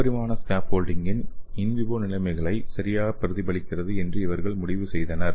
முப்பரிமாண ஸ்கேஃபோல்டிங் இன் விவோ நிலைமைகளை சரியாகப் பிரதிபலிக்கிறது என்று அவர்கள் முடிவு செய்தனர்